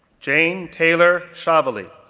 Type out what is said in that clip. jane taylor so chiavelli,